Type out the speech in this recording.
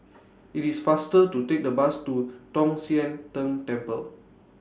IT IS faster to Take The Bus to Tong Sian Tng Temple